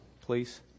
please